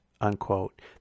unquote